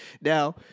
Now